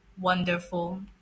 wonderful